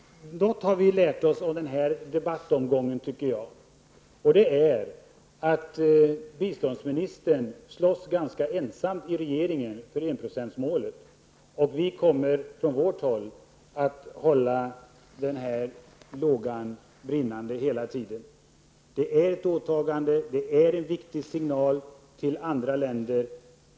Något har vi lärt oss av den här debattomgången, tycker jag, och det är att biståndsministern slåss ganska ensam i regeringen för enprocentsmålet. Vi kommer från vårt håll att hålla den lågan brinnande. Enprocentsmålet är ett åtagande, det är en viktig signal till andra länder.